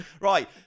Right